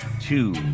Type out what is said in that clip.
two